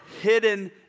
hidden